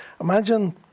Imagine